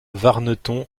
warneton